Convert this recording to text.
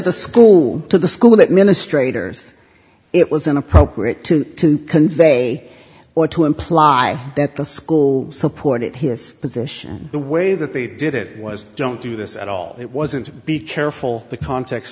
the school to the school administrators it was inappropriate to to convey or to imply that the school supported his position the way that they did it was don't do this at all it wasn't to be careful the context